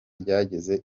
ryageze